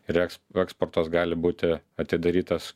ir eks eksportas gali būti atidarytas